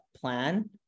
plan